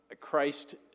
Christ